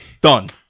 Done